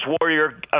warrior